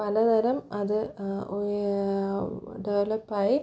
പലതരം അത് ഓഹ് ഡെവലപ്പായി